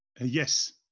Yes